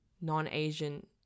non-Asian